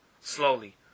Slowly